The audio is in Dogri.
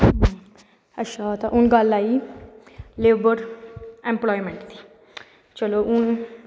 अच्छा ते हून गल्ल आई लेवर इंपलाईमैंट दी चलो हून